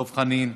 דב חנין,